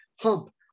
hump